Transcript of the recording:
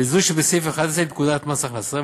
לזו שבסעיף 11 לפקודת מס הכנסה,